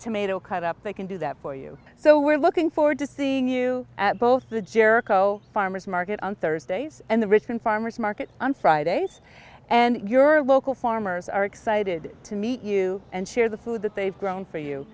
tomato cut up they can do that for you so we're looking forward to seeing you at both the jericho farmer's market on thursdays and the richmond farmers market on friday and your local farmers are excited to meet you and share the food that they've grown for you